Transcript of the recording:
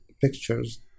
pictures